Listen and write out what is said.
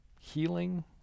healing